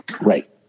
Right